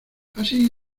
así